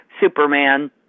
Superman